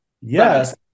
Yes